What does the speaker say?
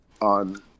on